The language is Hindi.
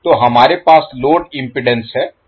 तो हमारे पास लोड इम्पीडेन्स है जैसा कि दिया गया है